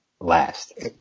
last